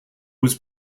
was